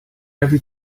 every